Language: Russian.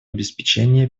обеспечения